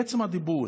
עצם הדיבור,